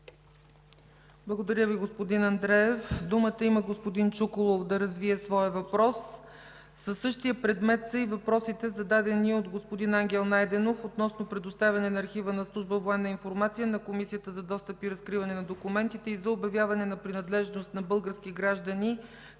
Благодаря Ви, господин Андреев. Думата има господин Чуколов да развие своя въпрос. Със същия предмет са и въпросите, зададени от господин Ангел Найденов относно предоставяне на архива на Служба „Военна информация“ на Комисията за достъп и разкриване на документите и за обявяване на принадлежност на български граждани